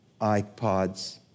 iPods